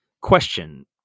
question